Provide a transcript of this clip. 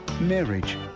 Marriage